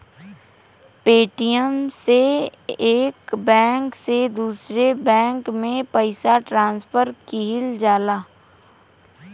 Paytm से एक bank से दूसरे बैंक में पइसा ट्रांसफर किहल जाला